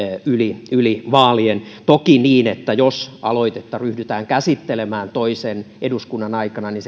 yli yli vaalien toki niin että jos aloitetta ryhdytään käsittelemään toisen eduskunnan aikana niin